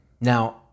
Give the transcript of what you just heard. Now